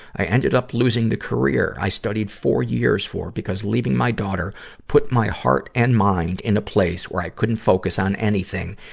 i ended up losing the career i studied four years for, because leaving my daughter put my heart and mind in a place where i couldn't focus on anything,